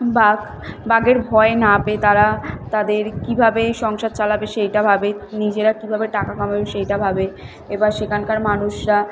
বাঘ বাঘের ভয় না পেয়ে তারা তাদের কীভাবে সংসার চালাবে সেটা ভাবে নিজেরা কীভাবে টাকা কামাবে সেটা ভাবে এবার সেখানকার মানুষরা